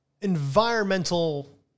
environmental